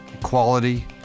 equality